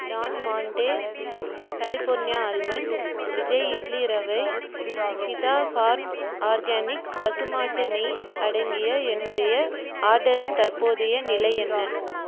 Don Monte California almond Vijay idli rava Hitha farms organic பசுமாட்டு நெய் அடங்கிய என்னுடைய ஆர்டரின் தற்போதைய நிலை என்ன